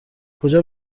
کجا